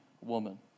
woman